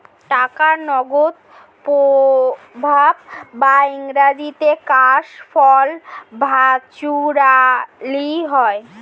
টাকার নগদ প্রবাহ বা ইংরেজিতে ক্যাশ ফ্লো ভার্চুয়ালি হয়